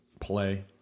play